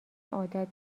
عادت